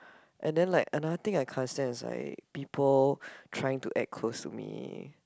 and the like another thing I can't stand is like people trying to act close to me